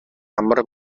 амар